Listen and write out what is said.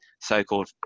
so-called